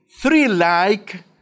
three-like